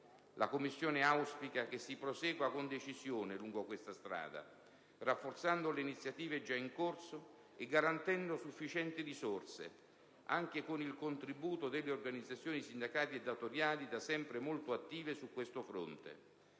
La Commissione auspica che si prosegua con decisione lungo questa strada, rafforzando le iniziative già in corso e garantendo sufficienti risorse anche con il contributo delle organizzazioni sindacali edatoriali, da sempre molto attive su questo fronte.